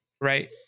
Right